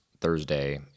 Thursday